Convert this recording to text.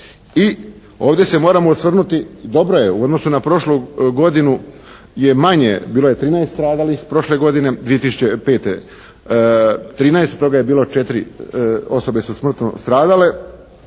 i ovdje se moramo osvrnuti, dobro je u odnosu na prošlu godinu je manje, bilo je 13 stradalih prošle godine 2005. 13, od toga je bilo 4 osobe su smrtno stradale.